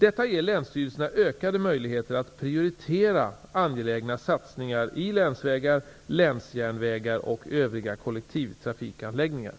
Detta ger länsstyrelserna ökade möjligheter att prioritera angelägna satsningar i länsvägar, länsjärnvägar och övriga kollektivtrafikanläggningar.